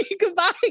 Goodbye